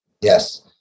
Yes